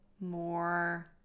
more